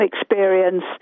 experience